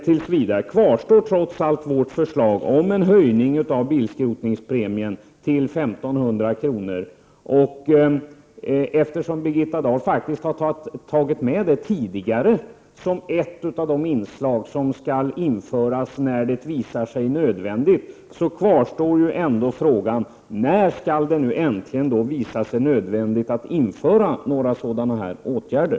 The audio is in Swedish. Tills vidare kvarstår trots allt vårt förslag om en höjning av bilskrotningspremien till 1 500 kr. Eftersom Birgitta Dahl faktiskt har tagit med det förslaget tidigare som ett av de inslag som skall införas när det visar sig vara nödvändigt, kvarstår ändå frågan när det äntligen skall visa sig nödvändigt att vidta några sådana här åtgärder.